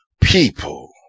people